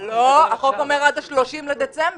לא, החוק אומר עד 30 בדצמבר.